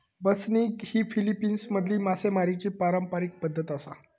बसनिग ही फिलीपिन्समधली मासेमारीची पारंपारिक पद्धत आसा